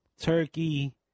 turkey